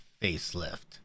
facelift